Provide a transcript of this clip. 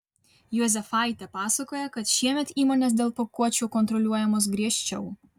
juozefaitė pasakoja kad šiemet įmonės dėl pakuočių kontroliuojamos griežčiau